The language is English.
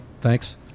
thanks